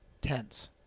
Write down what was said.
tense